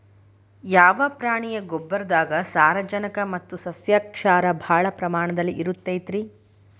ಯಾವ ಪ್ರಾಣಿಯ ಗೊಬ್ಬರದಾಗ ಸಾರಜನಕ ಮತ್ತ ಸಸ್ಯಕ್ಷಾರ ಭಾಳ ಪ್ರಮಾಣದಲ್ಲಿ ಇರುತೈತರೇ?